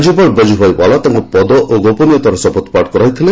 ରାଜ୍ୟପାଳ ବଜୁଭାଇ ବାଲା ତାଙ୍କୁ ପଦ ଓ ଗୋପନୀୟତାର ଶପଥ ପାଠ କରାଇଛନ୍ତି